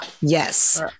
yes